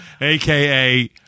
AKA